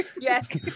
Yes